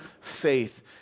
faith